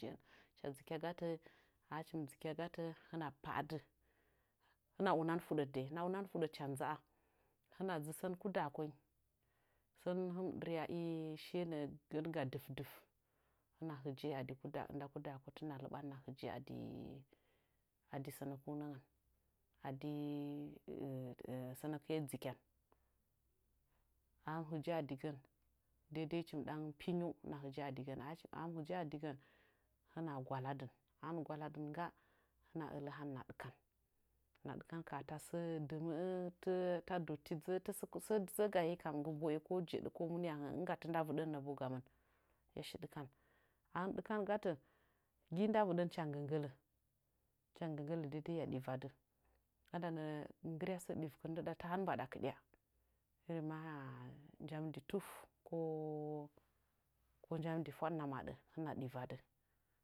Ahɨchim dzɨkya gatə hɨna pa'a dɨ hɨna unan fuɗət dai hɨna unan fuɗət hɨna dzu sən kuda ko inyi sən hɨnmɨ ɗərya i shiye nə'ə dɨvdɨv hɨna hɨje'e a dɨ inda kuda kotə hɨna lɨɓan hɨna hɨje'ə adi sə nəku nəngəni sənəkɨye dzɨkyan ahin hɨje'ə a digən daidai hɨchim den pi nyiu hɨna hɨjəə a digən hɨna gwaladɨn ahɨnmɨ gwaladɨn ngga hɨna ələ han hɨna ɗɨkan hɨna ɗɨkan ka ha tasə dɨməə tə ta dotti dzə'ə tasə sə dzə'ə ga hikam nggɨ mbo'e ko jeɗə ko muni ahə'ə nigatənda vɨɗən hɨya shi ɗɨkan ahin ɗɨkan gatə gɨi nda vɨdən hɨcha nggəgələ hɨcha nggə gələ daidai hɨya ɗivadɨ andana nggə ryadɨ sə ɗivkɨn ndɨɗa ta han mbaɗa kɨɗya irim manya jam di tuf jo jamdifwaɗ hɨna madi hɨna ɗivadɨ